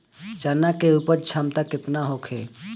चना के उपज क्षमता केतना होखे?